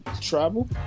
Travel